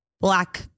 Black